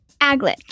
Aglet